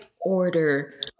order